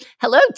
hello